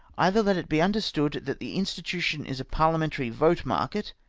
either let it be understood that the mstitution is a parhamentary vote market,